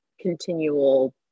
continual